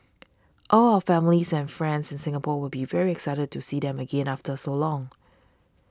all our families and friends in Singapore will be very excited to see them again after so long